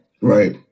Right